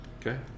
okay